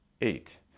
Eight